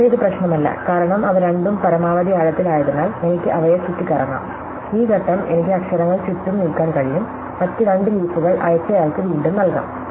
പക്ഷേ ഇത് പ്രശ്നമല്ല കാരണം അവ രണ്ടും പരമാവധി ആഴത്തിലായതിനാൽ എനിക്ക് അവയെ ചുറ്റിക്കറങ്ങാം ഈ ഘട്ടം എനിക്ക് അക്ഷരങ്ങൾ ചുറ്റും നീക്കാൻ കഴിയും മറ്റ് രണ്ട് ലീഫുകൾ അയച്ചയാൾക്ക് വീണ്ടും നൽകാം